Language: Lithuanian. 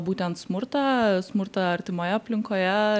būtent smurtą smurtą artimoje aplinkoje